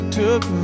took